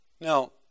Now